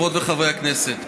חברות וחברי הכנסת,